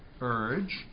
urge